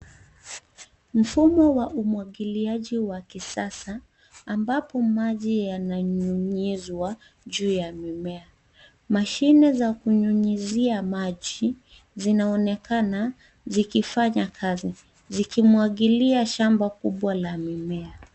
Mfumo wa umwagiliaji wa kisasa ambapo maji yananyunyizwa juu ya mimea. Mashine za kunyunyizia maji zinaonekana zikifanya kazi, zikimwagilia shamba kubwa la mimea.